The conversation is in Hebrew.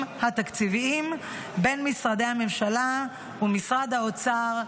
התקציביים בין משרדי הממשלה ומשרד האוצר,